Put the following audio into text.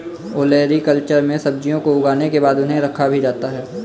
olericulture में सब्जियों को उगाने के बाद उन्हें रखा भी जाता है